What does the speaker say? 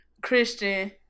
Christian